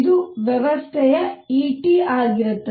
ಇದು ವ್ಯವಸ್ಥೆಯ ET ಆಗಿರುತ್ತದೆ